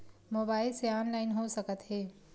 Mobile से online हो सकत हे?